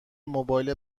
موبایل